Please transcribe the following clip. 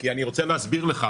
כי אני רוצה להסביר לך,